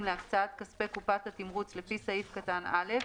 להקצאת כספי קופת התמרוץ לפי סעיף קטן (א)